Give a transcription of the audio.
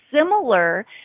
similar